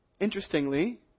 Interestingly